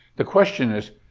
the question is,